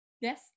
Yes